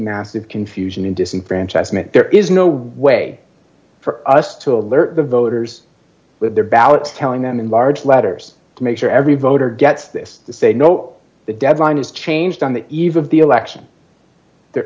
massive confusion and disenfranchisement there is no way for us to alert the voters with their ballots telling them in large letters to make sure every voter gets this to say no the deadline is changed on the eve of the election there